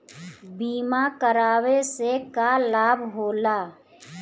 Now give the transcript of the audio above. बीमा करावे से का लाभ होला?